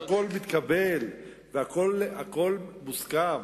והכול מתקבל, והכול מוסכם.